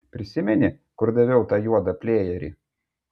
prisimeni kur daviau tą juodą plėjerį